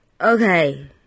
okay